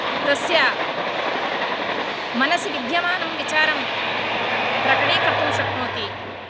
तस्य मनसि विद्यमानं विचारं प्रकटीकर्तुं शक्नोति